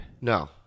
No